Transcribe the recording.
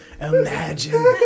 Imagine